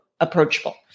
approachable